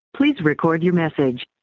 please record your message.